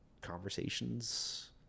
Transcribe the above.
conversations